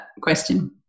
question